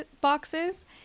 boxes